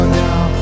now